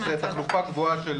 עוד מקום שזאת תחלופה גבוהה של